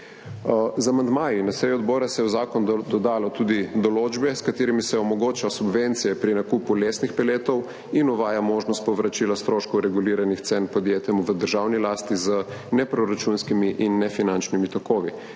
Z amandmaji na seji odbora se je v zakon dodalo tudi določbe s katerimi se omogoča subvencije pri nakupu lesnih peletov in uvaja možnost povračila stroškov reguliranih cen podjetjem v državni lasti z ne proračunskimi in ne finančnimi tokovi.